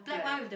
black